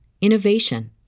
innovation